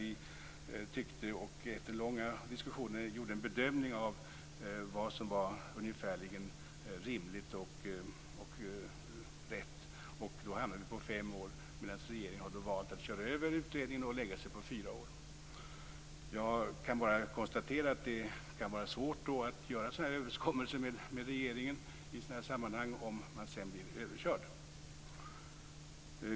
Vi bedömde efter långa diskussioner vad som var ungefärligen rimligt och rätt, och då hamnade vi på fem år. Nu har regeringen valt att köra över utredningen och lägga sig på fyra år. Jag kan bara konstatera att det kan vara svårt att göra överenskommelser av detta slag med regeringen i sådana här sammanhang om man sedan blir överkörd.